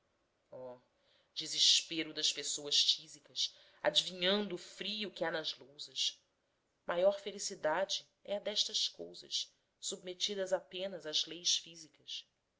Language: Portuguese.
oh desespero das pessoas tísicas adivinhando o frio que há nas lousas maior felicidade é a destas cousas submetidas apenas às leis físicas